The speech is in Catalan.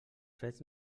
fets